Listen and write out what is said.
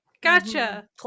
Gotcha